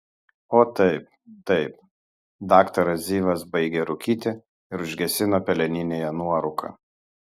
o taip taip daktaras zivas baigė rūkyti ir užgesino peleninėje nuorūką